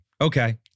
Okay